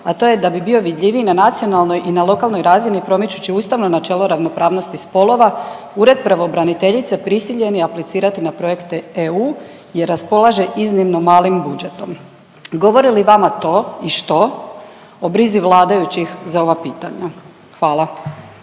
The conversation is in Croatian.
a to je da bi bio vidljiviji na nacionalnoj i na lokalnoj razini promičući ustavno načelo ravnopravnosti spolova, Ured pravobraniteljice prisiljen je aplicirati na projekte EU jer raspolaže iznimno malim budžetom. Govori li vama to i što o brizi vladajućih za ova pitanja? Hvala.